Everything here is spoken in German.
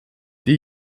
die